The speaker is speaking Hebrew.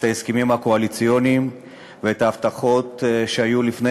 ההסכמים הקואליציוניים ואת ההבטחות שהיו לפני